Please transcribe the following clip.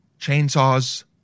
Chainsaws